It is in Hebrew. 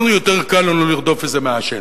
אנחנו, יותר קל לנו לרדוף איזה מעשן.